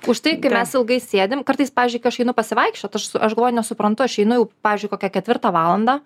už tai kai mes ilgai sėdim kartais pavyzdžiui kai aš einu pasivaikščiot aš aš galvoju nesuprantu aš einu jau pavyzdžiui kokią ketvirtą valandą